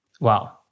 Wow